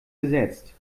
gesetzt